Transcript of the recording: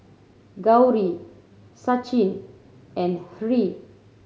Gauri Sachin and Hri